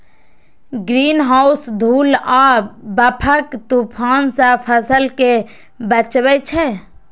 greenhouse धूल आ बर्फक तूफान सं फसल कें बचबै छै